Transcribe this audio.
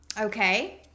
Okay